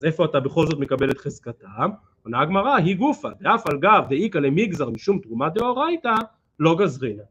אז איפה אתה בכל זאת מקבל את חזקתם? עונה הגמרא, היא גופא: דאף על גב דאיכא למיגזר, משום תרומה דאורייתא, לא גזרינן.